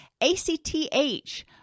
ACTH